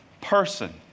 person